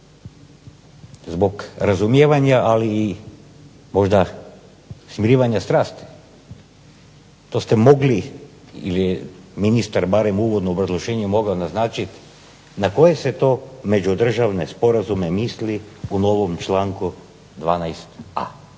zbog razumijevanja ali i možda smirivanja strasti. To ste mogli ili je ministar barem u uvodnom obrazloženju mogao naznačiti na koje se to međudržavne sporazume misli u novom članku 12a.